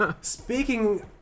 Speaking